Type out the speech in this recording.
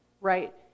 right